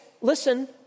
Listen